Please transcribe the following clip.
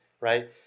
right